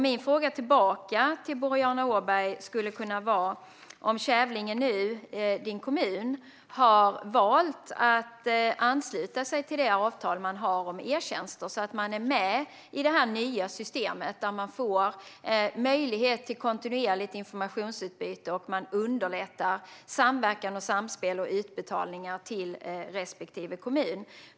Min fråga tillbaka till Boriana Åberg skulle kunna vara om Kävlinge, hennes kommun, nu har valt att ansluta sig till avtalet om e-tjänster. I så fall är man med i det nya systemet och får möjlighet till kontinuerligt informationsutbyte som underlättar för samverkan, samspel och utbetalningar till respektive kommun.